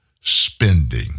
spending